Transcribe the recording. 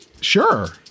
Sure